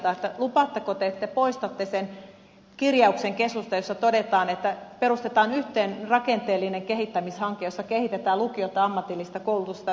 lupaatteko te että poistatte sen kirjauksen kesusta jossa todetaan että perustetaan yhteinen rakenteellinen kehittämishanke jossa kehitetään lukiota ja ammatillista koulutusta yhtenäisenä